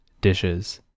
dishes